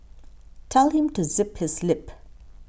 tell him to zip his lip